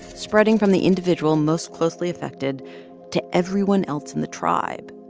spreading from the individual most closely affected to everyone else in the tribe.